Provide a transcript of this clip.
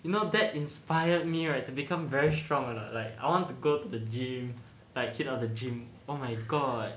you know that inspired me right to become very strong or not like I want to go to the gym like hit all the gym oh my god